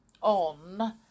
on